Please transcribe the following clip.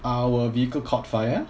our vehicle caught fire